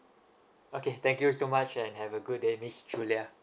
okay thank you so much and have a good day miss julia